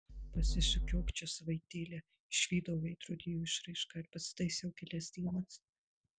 pasisukiok čia savaitėlę išvydau veidrodyje jo išraišką ir pasitaisiau kelias dienas